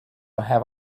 have